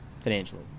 financially